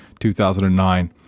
2009